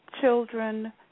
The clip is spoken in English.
children